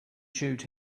shoot